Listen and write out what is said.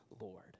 Lord